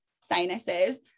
sinuses